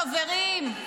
חברים,